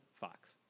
Fox